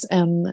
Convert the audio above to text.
en